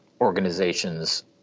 organizations